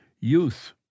Youth